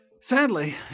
Sadly